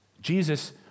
Jesus